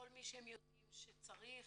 כל מי שיודעים שצריך